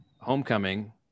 Homecoming